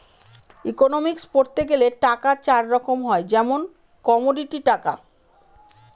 economics পড়তে গেলে টাকা চার রকম হয় যেমন কমোডিটি টাকা